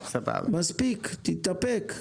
מספיק, תתאפק.